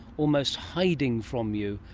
almost hiding from you,